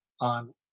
on